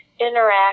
interact